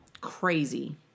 crazy